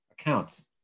accounts